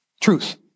Truth